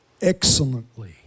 excellently